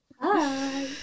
Hi